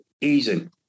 easing